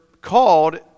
called